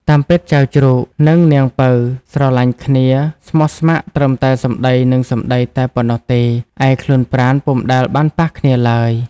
តាមពិតចៅជ្រូក និងនាងពៅស្រឡាញ់គ្នាស្មោះស្ម័គ្រត្រឹមតែសំដីនឹងសំដីតែប៉ុណ្ណោះទេ ឯខ្លួនប្រាណពុំដែលបានប៉ះគ្នាឡើយ។